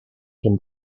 can